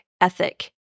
ethic